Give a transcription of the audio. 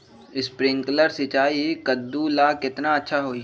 Sprinkler सिंचाई कददु ला केतना अच्छा होई?